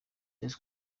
byaje